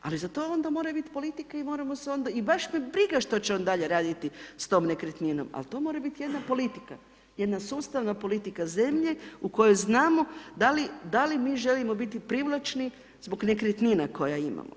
Ali za to onda mora biti politika i moramo se onda i baš me briga što će on dalje raditi s tom nekretninom, ali to mora biti jedna politika, jedna sustavna politika zemlje u kojoj znamo da li mi želimo biti privlačni zbog nekretnina koje imamo.